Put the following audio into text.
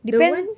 the one